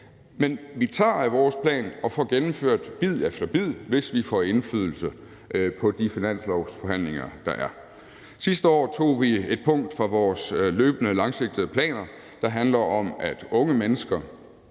men vi tager af vores plan og får gennemført bid efter bid, hvis vi får indflydelse på de finanslovsforhandlinger, der er. Sidste år tog vi et punkt fra vores løbende langsigtede planer, der handler om, at unge mennesker